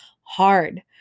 hard